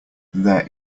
there